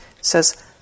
says